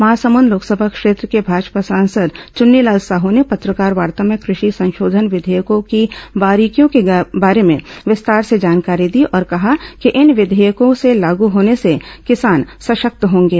महासमुद लोकसभा क्षेत्र के भाजपा सांसद चुन्नीलाल साह ने पत्रकारवार्ता में कषि संशोधन विघेयकों की बारीकियों के बारे में विस्तार से जानकारी दी और कहा कि इन विघेयकों से लागू होने से किसान सशक्त होंगे